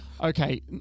Okay